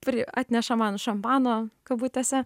kuri atneša man šampano kabutėse